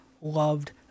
loved